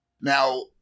Now